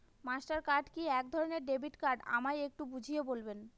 Master card কি একধরণের debit card আমায় একটু বুঝিয়ে বলবেন?